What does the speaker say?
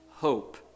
hope